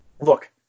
look